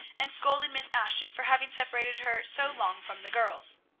and scolded miss ashton for having separated her so long from the girls.